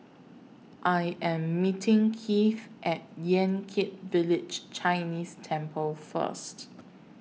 I Am meeting Keith At Yan Kit Village Chinese Temple First